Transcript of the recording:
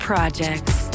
projects